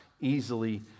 easily